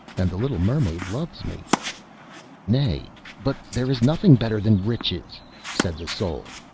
and the little mermaid loves me nay, but there is nothing better than riches said the soul.